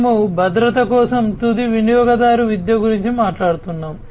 మేము భద్రత కోసం తుది వినియోగదారు విద్య గురించి మాట్లాడుతున్నాము